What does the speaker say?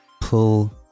pull